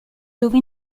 dove